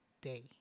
day